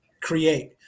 create